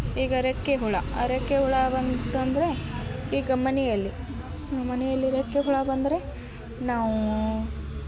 ಈಗ ರೆಕ್ಕೆ ಹುಳ ಆ ರೆಕ್ಕೆ ಹುಳ ಬಂತಂದರೆ ಈಗ ಮನೆಯಲ್ಲಿ ಮನೆಯಲ್ಲಿ ರೆಕ್ಕೆ ಹುಳ ಬಂದರೆ ನಾವು